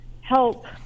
help